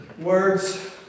words